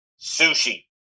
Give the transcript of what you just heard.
sushi